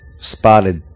spotted